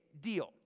deal